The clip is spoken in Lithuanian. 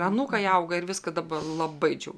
anūkai auga ir viskas dabar labai džiugu